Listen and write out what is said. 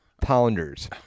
Pounders